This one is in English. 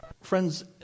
friends